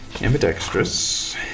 Ambidextrous